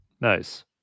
Nice